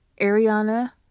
Ariana